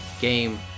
game